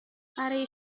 برای